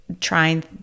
trying